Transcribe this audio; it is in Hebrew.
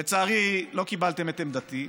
לצערי, לא קיבלתם את עמדתי.